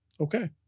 Okay